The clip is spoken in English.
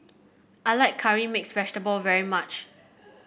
I like curry mix vegetable very much